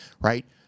right